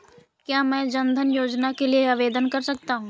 क्या मैं जन धन योजना के लिए आवेदन कर सकता हूँ?